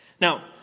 Now